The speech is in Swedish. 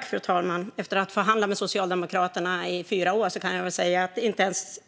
Fru talman! Efter att ha förhandlat med Socialdemokraterna i fyra år kan jag säga att inte ens